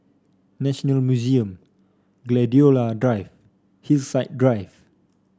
National Museum Gladiola Drive Hillside Drive